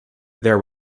there